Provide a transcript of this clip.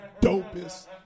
dopest